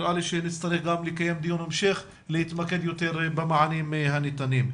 נראה לי שנצטרך לקיים דיון המשך להתמקד יותר במענים הניתנים.